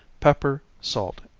pepper, salt,